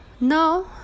Now